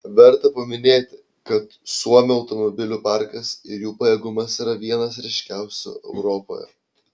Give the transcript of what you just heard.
verta paminėti kad suomių automobilių parkas ir jų pajėgumas yra vienas ryškiausių europoje